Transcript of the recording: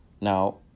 Now